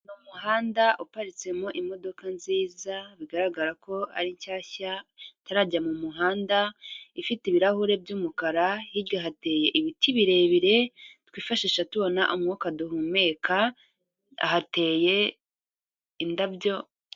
Ni umuhanda uparitsemo imodoka nziza bigaragara ko ari shyashya itarajya mu muhanda, ifite ibirahure by'umukara. hirya hateye ibiti birebire twifashisha tubona umwuka duhumeka, hateye indabyo.